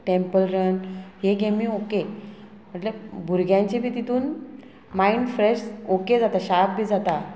temple run हे गेमी okay म्हटल्या भुरग्यांचे बी तितून मायंड फ्रेश ओके जाता शार्प बी जाता